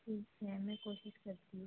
ठीक है मैं कोशिश करती हूँ